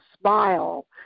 smile